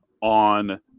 on